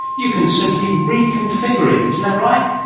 you can simply reconfigure it, isn't that right?